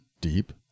deep